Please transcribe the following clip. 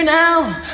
now